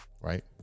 right